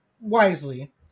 wisely